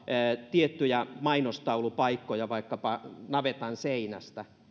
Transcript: tiettyjä mainostaulupaikkoja vaikkapa navetanseinästä